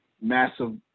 massive